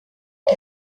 die